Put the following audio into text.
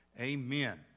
amen